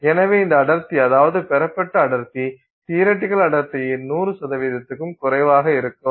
எனவே இந்த அடர்த்தி அதாவது பெறப்பட்ட அடர்த்தி தியரட்டிகள் அடர்த்தியின் 100 க்கும் குறைவாக இருக்கும்